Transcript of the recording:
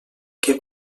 que